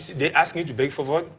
they ask you to beg for votes?